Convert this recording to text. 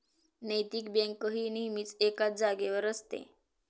नैतिक बँक ही नेहमीच एकाच जागेवर असते